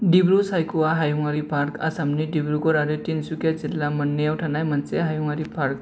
डिब्रु सायख'वा हायुङारि पार्का आसामनि डिब्रुगर आरो तिनसुकिया जिल्ला मोन्नैयाव थानाय मोनसे हायुङारि पार्क